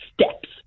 steps